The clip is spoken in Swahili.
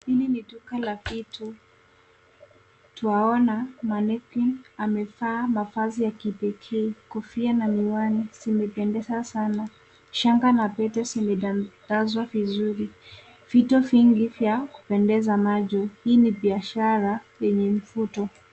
Hili ni duka la vitu. Twaona mannequinn amevaa mavazi ya kipekee. Kofia na miwani zimependeza sana. Shanga na pete zimetendazwa vizuri . Vito vingi vya kupendeza macho. Hii ni biashara yenye mvuto.